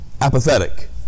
apathetic